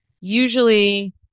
usually